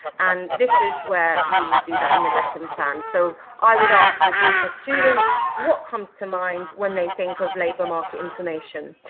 and this is where you will do that in the lesson plan, so i would ask the group of students what comes to mind when they think of labour market information?